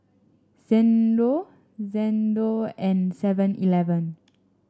Xndo Xndo and Seven Eleven